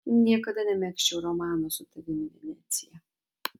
niekada nemegzčiau romano su tavimi venecija